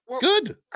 Good